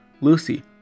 Lucy